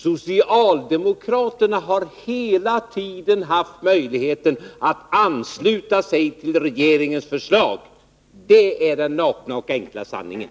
Socialdemokraterna har hela tiden haft möjligheten att ansluta sig till regeringens förslag. Det är den nakna och enkla sanningen.